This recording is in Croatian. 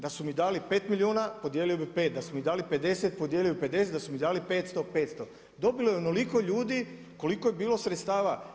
Da su mi dali pet milijuna, podijelio bi pet, da su mi dali 50 podijelio bih 50, da su mi dali 500, 500. dobilo je onoliko ljudi koliko je bilo sredstava.